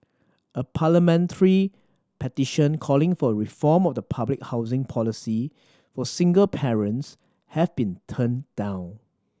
a parliamentary petition calling for a reform of the public housing policy for single parents has been turned down